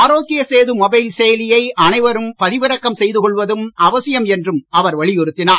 ஆரோக்கிய Setu mobile செயலியை அனைவரும் பதிவிறக்கம் செய்துகொள்வதும் அவசியம் என்றும் அவர் வலியுறுத்தினார்